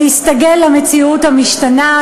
להסתגל למציאות המשתנה,